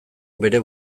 bere